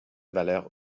valeur